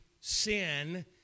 sin